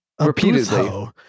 repeatedly